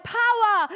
power